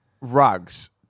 rugs